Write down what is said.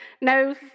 no